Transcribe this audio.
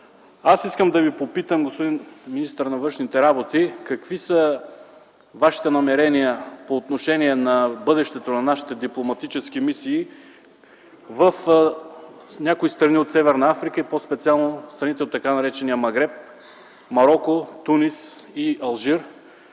Аз искам да Ви попитам, господин министър на външните работи, какви са Вашите намерения по отношение на бъдещето на нашите дипломатически мисии в някои страни от Северна Африка и по-специално страните от така наречения Магреба – Мароко, Тунис и Алжир?